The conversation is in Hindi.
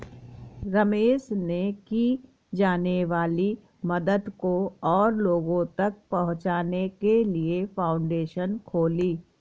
रमेश ने की जाने वाली मदद को और लोगो तक पहुचाने के लिए फाउंडेशन खोली